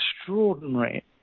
extraordinary